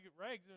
rags